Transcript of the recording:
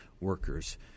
workers